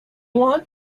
want